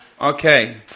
Okay